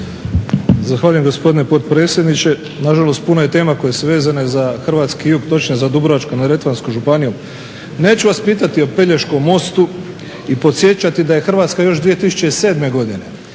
Zahvaljujem gospodine potpredsjedniče. Nažalost puno je tema koje su vezane za hrvatski jug, točnije za Dubrovačko-neretvansku županiju. Neću vas pitati o Pelješkom mostu i podsjećati da je Hrvatska još 2007. izradila